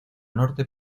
norte